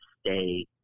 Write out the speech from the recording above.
stay